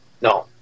No